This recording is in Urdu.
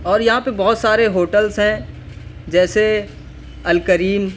اور یہاں پہ بہت سارے ہوٹلس ہیں جیسے الکریم